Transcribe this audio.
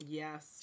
yes